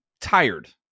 tired